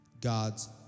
God's